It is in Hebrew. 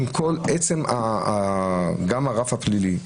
עצם גם הרף הפלילי,